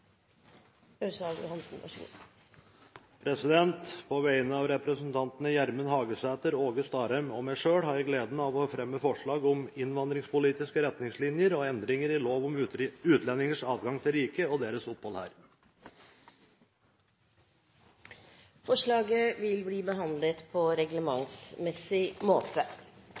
Ørsal Johansen vil framsette et representantforslag. På vegne av representantene Gjermund Hagesæter, Åge Starheim og meg selv har jeg gleden av å fremme forslag om innvandringspolitiske siktelinjer og endringer i lov om utlendingers adgang til riket og deres opphold her. Forslaget vil bli behandlet på reglementsmessig måte.